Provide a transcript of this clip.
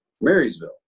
Marysville